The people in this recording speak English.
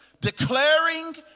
Declaring